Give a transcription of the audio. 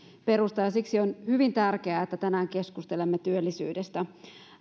perusta ja siksi on hyvin tärkeää että tänään keskustelemme työllisyydestä